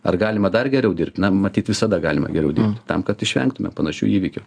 ar galima dar geriau dirbt na matyt visada galima geriau dirbt tam kad išvengtume panašių įvykių